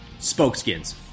Spokeskins